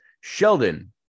Sheldon